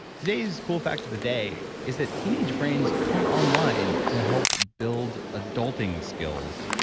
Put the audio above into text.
today's cool fact of the day is that teenage brains come online to help build adulting skills.